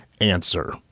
answer